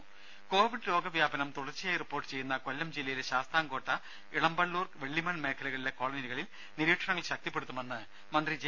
രുമ കോവിഡ് രോഗവ്യാപനം തുടർച്ചയായി റിപ്പോർട്ട് ചെയ്യുന്ന കൊല്ലം ജില്ലയിലെ ശാസ്താംകോട്ട ഇളമ്പള്ളൂർ വെള്ളിമൺ കോളനികളിൽ മേഖലകളിലെ നിരീക്ഷണങ്ങൾ ശക്തിപ്പെടുത്തുമെന്ന് മന്ത്രി ജെ